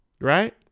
Right